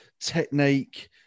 technique